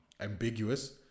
ambiguous